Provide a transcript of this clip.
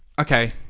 okay